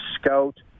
scout